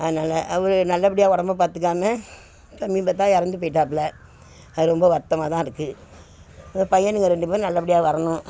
அதனால அவர் நல்லபடியாக உடம்பை பாத்துக்காமல் சமீபத்துல இறந்து போய்ட்டாப்புல அது ரொம்ப வருத்தமாக தான் இருக்குது அந்த பையனுக ரெண்டு பேரும் நல்லபடியாக வரணும்